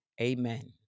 Amen